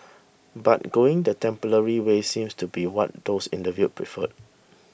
but going the temporary way seems to be what those interviewed prefer